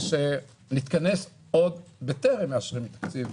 שנתכנס עוד בטרם מאשרים את תקציב